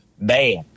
Bad